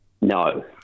No